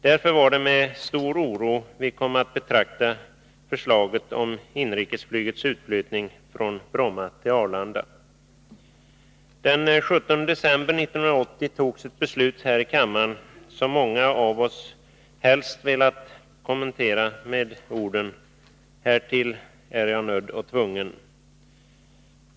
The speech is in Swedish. Därför var det med stor oro vi kom att betrakta förslaget om inrikesflygets utflyttning från Bromma till Arlanda. Den 17 december 1980 togs ett beslut här i riksdagen som många av oss helst velat kommentera med orden: Härtill är jag nödd och tvungen.